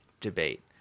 debate